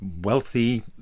wealthy